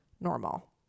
normal